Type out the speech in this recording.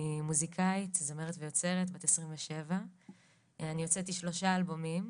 אני מוזיקאית זמרת ויוצרת בת 27. אני הוצאתי שלושה אלבומים,